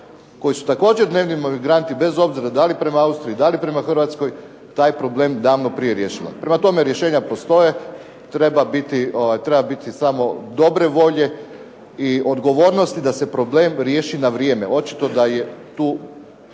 koji su također dnevni migranti bez obzira da li prema Austriji, da li prema Hrvatskoj taj problem davno prije riješila. Prema tome, rješenja postoje, treba biti samo dobre volje i odgovornosti da se problem riješi na vrijeme, očito da je zbog